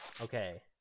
Okay